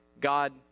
God